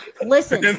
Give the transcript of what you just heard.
listen